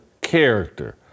character